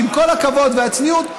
שעם כל הכבוד והצניעות,